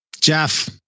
Jeff